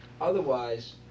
Otherwise